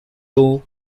doe